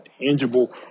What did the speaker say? tangible